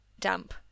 damp